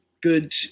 good